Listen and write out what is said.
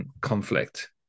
conflict